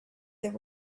there